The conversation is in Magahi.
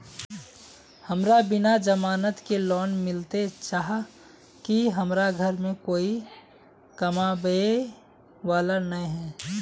हमरा बिना जमानत के लोन मिलते चाँह की हमरा घर में कोई कमाबये वाला नय है?